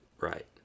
Right